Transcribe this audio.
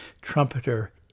Trumpeter